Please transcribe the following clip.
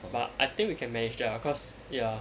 but I think we can manage that ah cause ya